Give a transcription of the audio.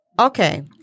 Okay